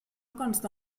consta